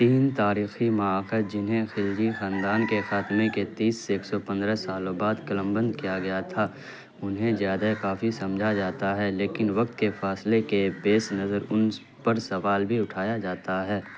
تین تاریخی مآخذ جنہیں خلجی خاندان کے خاتمے کے تیس سے ایک سو پندرہ سالوں بعد قلم بند کیا گیا تھا انہیں زیادہ کافی سمجھا جاتا ہے لیکن وقت کے فاصلے کے پیش نظر ان پر سوال بھی اٹھایا جاتا ہے